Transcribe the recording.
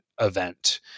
event